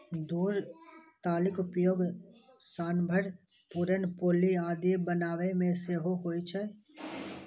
तूर दालिक उपयोग सांभर, पुरन पोली आदि बनाबै मे सेहो होइ छै